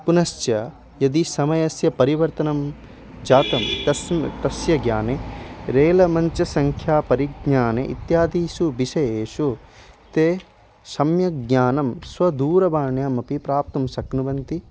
पुनश्च यदि समयस्य परिवर्तनं जातं तस्म् तस्य ज्ञाने रेलमञ्च संख्यापरिज्ञाने इत्यादिषु विषयेषु ते सम्यक् ज्ञानं स्वदूरवाण्यामपि प्राप्तुं शक्नुवन्ति